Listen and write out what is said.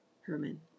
Herman